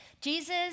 Jesus